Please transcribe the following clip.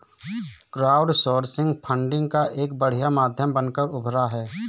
crowdsourcing funding का एक बढ़िया माध्यम बनकर उभरा है